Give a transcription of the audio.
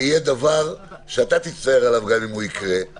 זה יהיה דבר שאתה תצטער עליו אם הוא יקרה,